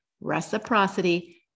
reciprocity